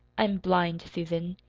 i'm blind, susan.